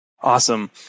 Awesome